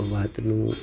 વાતનું